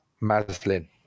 Maslin